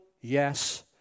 yes